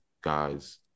guys